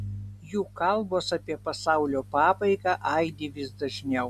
juk kalbos apie pasaulio pabaigą aidi vis dažniau